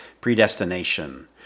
predestination